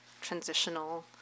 transitional